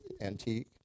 antique